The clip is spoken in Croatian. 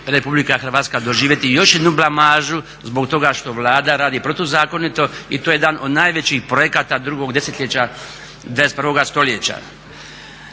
neće li RH doživjeti još jednu blamažu zbog toga što Vlada radi protuzakonito i to je jedan od najvećih projekata drugog desetljeća 21 stoljeća.